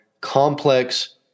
complex